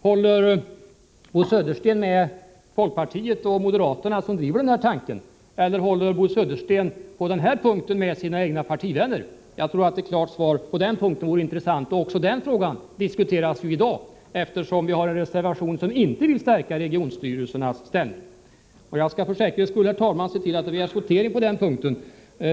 Håller Bo Södersten med folkpartiet och moderaterna, som driver den här tanken, eller håller han på den här punkten med sina egna partivänner? Jag tror att ett klart svar här vore intressant, och detta är också en fråga som diskuteras i dag, eftersom vi har en reservation där man inte vill stärka regionstyrelsernas ställning. Jag skall för säkerhets skull, herr talman, se till att det begärs votering på den punkten.